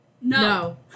no